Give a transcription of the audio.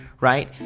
right